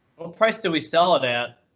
price did we sell it at?